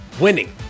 winning